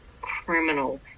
criminal